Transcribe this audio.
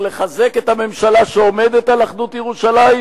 לחזק את הממשלה שעומדת על אחדות ירושלים,